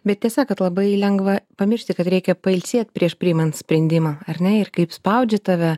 bet tiesa kad labai lengva pamiršti kad reikia pailsėt prieš priimant sprendimą ar ne ir kaip spaudžia tave